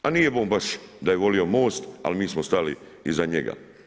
A nije mu baš da je volio Most ali mi smo stali iza njega.